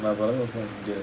my brother was born in india